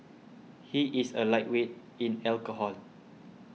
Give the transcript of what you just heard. he is a lightweight in alcohol